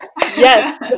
Yes